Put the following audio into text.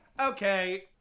Okay